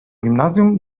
gimnazjum